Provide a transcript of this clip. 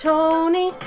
Tony